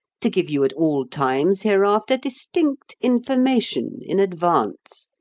to give you at all times hereafter distinct information, in advance,